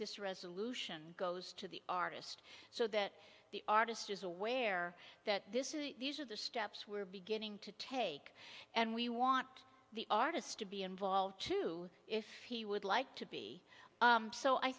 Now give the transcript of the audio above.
this resolution goes to the artist so that the artist is aware that this is these are the steps we're beginning to take and we want the artists to be involved too if he would like to be so i